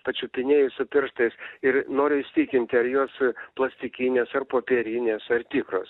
pačiupinėju su pirštais ir noriu įsitikinti ar jos plastikinės ar popierinės ar tikros